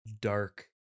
dark